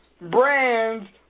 brands